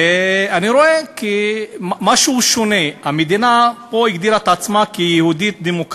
ואני רואה שמשהו שונה: המדינה פה הגדירה את עצמה כיהודית-דמוקרטית,